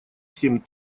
семь